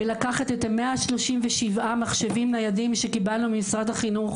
בלקחת את ה-137 מחשבים ניידים שקיבלנו ממשרד החינוך